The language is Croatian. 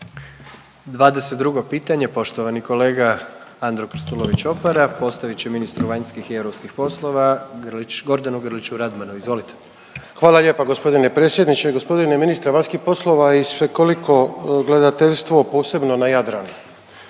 22. pitanje, poštovani kolega Andro Krstulović Opara postavit će ministru vanjskih i europskih poslova Grlić, Gordanu Grliću Radmanu, izvolite. **Krstulović Opara, Andro (HDZ)** Hvala lijepa g. predsjedniče. Gospodine ministre vanjskih poslova i svekoliko gledateljstvo, posebno na Jadranu,